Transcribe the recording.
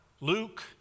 Luke